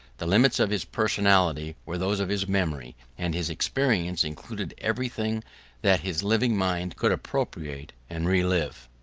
the limits of his personality were those of his memory, and his experience included everything that his living mind could appropriate and re-live.